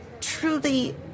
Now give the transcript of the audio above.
truly